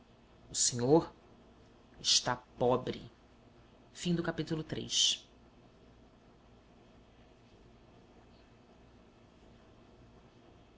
o senhor está pobre para um